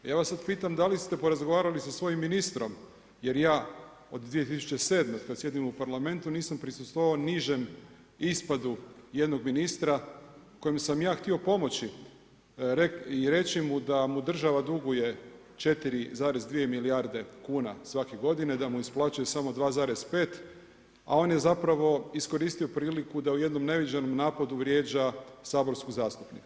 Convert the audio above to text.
Ja vas sad pitam da li ste porazgovarali sa svojim ministrom, jer ja od 2007. kad sjedim u Parlamentu nisam prisustvovao nižem ispadu jednog ministra kojem sam ja htio pomoći i reći mu da mu država duguje 4,2 milijarde kuna svake godine, da mu isplaćuje samo 2,5 a on je zapravo iskoristio priliku da u jednom neviđenom napadu vrijeđa saborskog zastupnika.